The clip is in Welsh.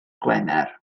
gwener